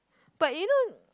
but you know